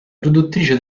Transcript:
produttrice